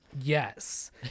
Yes